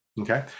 okay